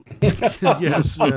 Yes